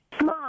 Mom